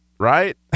Right